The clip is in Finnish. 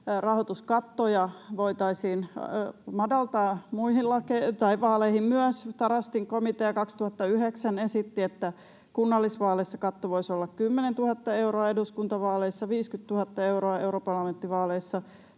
rahoituskattoja voitaisiin madaltaa muihin vaaleihin myös. Tarastin komitea esitti 2009, että kunnallisvaaleissa katto voisi olla 10 000 euroa, eduskuntavaaleissa 50 000 euroa, europarlamenttivaaleissa